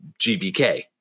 GBK